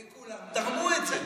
וכולם תרמו את זה.